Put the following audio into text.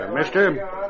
Mister